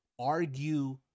argue